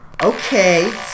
Okay